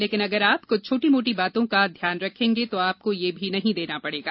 लेकिन अगर आप कुछ छोटी छोटी बातों का ध्यान रखेंगे तो आपको ये भी नहीं देना पड़ेगा